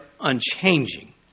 unchanging